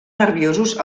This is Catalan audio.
nerviosos